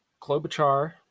Klobuchar